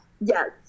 yes